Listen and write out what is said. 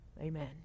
Amen